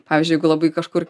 pavyzdžiui jeigu labai kažkur